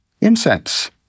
Incense